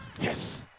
Yes